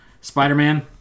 Spider-Man